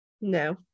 No